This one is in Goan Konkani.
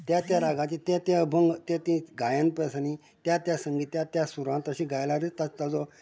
त्या त्या रागाचे तें तें अभंग तें तें गायन प्रसनी त्या त्या संगीत त्या त्या सुराक तशें गायल्यारच ताजो